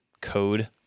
code